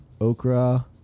okra